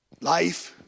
life